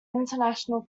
international